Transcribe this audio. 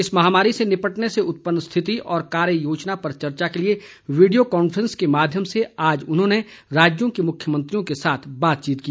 इस महामारी से निपटने से उत्पन्न स्थिति और कार्य योजना पर चर्चा के लिए वीडियो कांफ्रेंस के माध्यम से आज उन्होंने राज्यों के मुख्यमंत्रियों के साथ बातचीत की